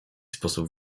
sposób